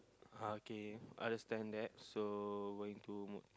uh okay understand that so going to mo~